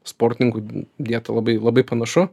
sportininkų dieta labai labai panašu